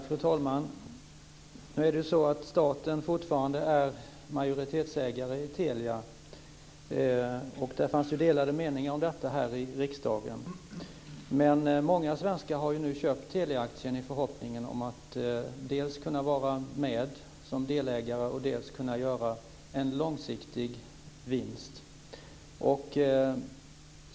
Fru talman! Staten är ju fortfarande majoritetsägare i Telia, något som det fanns delade meningar om här i riksdagen. Många svenskar har dock nu köpt Teliaaktien i förhoppningen om att dels kunna vara med som delägare, dels kunna göra en långsiktig vinst.